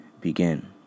begin